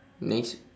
next